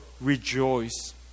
rejoice